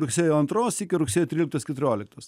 rugsėjo antros iki rugsėjo tryliktos keturioliktos